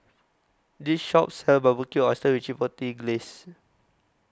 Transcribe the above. This Shop sells Barbecued Oysters with Chipotle Glaze